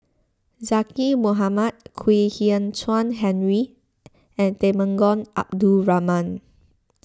Zaqy Mohamad Kwek Hian Chuan Henry and Temenggong Abdul Rahman